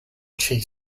chief